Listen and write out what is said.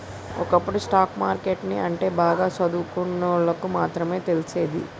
ఒకప్పుడు stock market ని అంటే బాగా సదువుకున్నోల్లకి మాత్రమే తెలిసేది